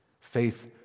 Faith